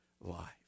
life